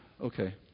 Okay